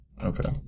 Okay